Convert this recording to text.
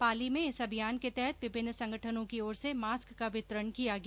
पाली में इस अभियान के तहत विभिन्न संगठनों की ओर से मास्क का वितरण किया गया